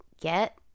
get